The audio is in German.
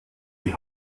die